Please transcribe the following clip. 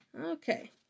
okay